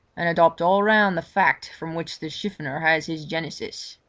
and adopt all round the fact from which the chiffonier has his genesis.